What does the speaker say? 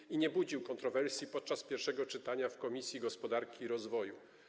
Projekt nie wzbudził kontrowersji podczas pierwszego czytania w Komisji Gospodarki i Rozwoju.